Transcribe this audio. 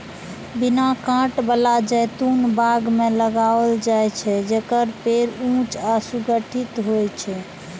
बिना कांट बला जैतून बाग मे लगाओल जाइ छै, जेकर पेड़ ऊंच आ सुगठित होइ छै